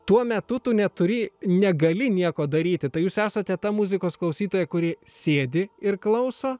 tuo metu tu neturi negali nieko daryti tai jūs esate ta muzikos klausytoja kuri sėdi ir klauso